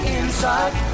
inside